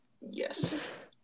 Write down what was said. Yes